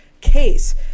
case